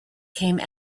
came